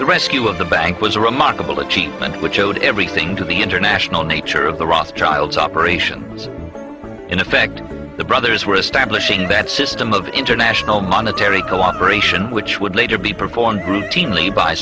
the rescue of the bank was a remarkable achievement which owed everything to the international nature of the rothschilds operation in effect the brothers were establishing that system of international monetary co operation which would later be performed routinely by